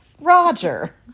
roger